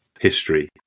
history